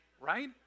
Right